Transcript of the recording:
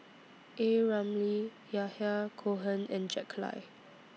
A Ramli Yahya Cohen and Jack Lai